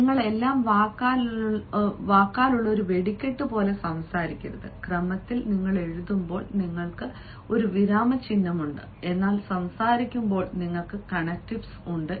നിങ്ങൾ എല്ലാം വാക്കാലുള്ള വെടിക്കെട്ട് പോലെ സംസാരിക്കരുത് ക്രമത്തിൽ നിങ്ങൾ എഴുതുമ്പോൾ നിങ്ങൾക്ക് വിരാമചിഹ്നമുണ്ട് എന്നാൽ സംസാരിക്കുമ്പോൾ നിങ്ങൾക്ക് കണക്റ്റീവ് ഉണ്ട്